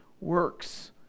works